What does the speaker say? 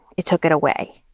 it took it away.